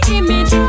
image